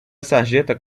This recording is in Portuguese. sarjeta